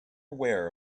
aware